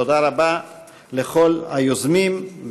תודה רבה לכל היוזמים.